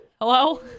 Hello